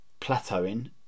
plateauing